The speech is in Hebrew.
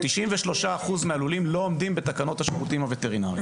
93% מהלולים לא עומדים בתקנות השירותים הווטרינריים.